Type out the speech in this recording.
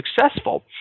successful